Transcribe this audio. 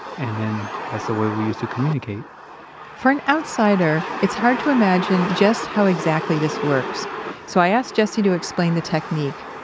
and then that's the way we use to communicate for an outsider, it's hard to imagine just how exactly this works so, i asked jesse to explain the technique,